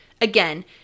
again